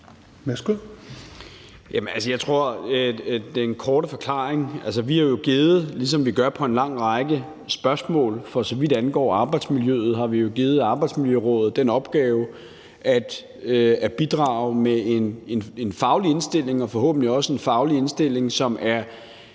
Jeg tror, at den korte forklaring er, at vi jo, ligesom vi gør på en lang række spørgsmål, for så vidt angår arbejdsmiljøet, har givet Arbejdsmiljørådet den opgave at bidrage med en faglig indstilling og forhåbentlig også en faglig indstilling, som er